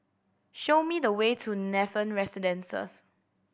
show me the way to Nathan Residences